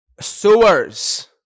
sewers